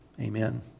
amen